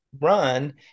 run